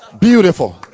Beautiful